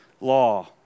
law